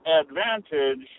advantage